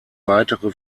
weitere